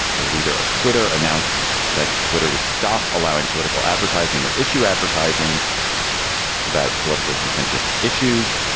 the leader of twitter announced that twitter would stop allowing political advertising or issue advertising about politically contentious issues.